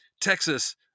texas